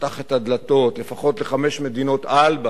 שפתח את הדלתות לפחות לחמש מדינות ALBA